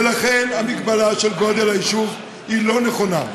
ולכן, המגבלה של גודל היישוב היא לא נכונה.